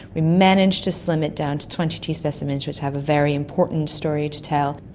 we managed to slim it down to twenty two specimens which have a very important story to tell.